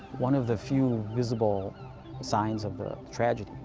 one of the few visible signs of the tragedy,